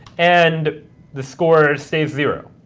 and the score stays zero.